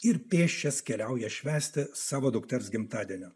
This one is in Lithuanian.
ir pėsčias keliauja švęsti savo dukters gimtadienio